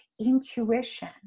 intuition